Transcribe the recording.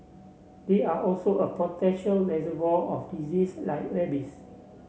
they are also a potential reservoir of disease like rabies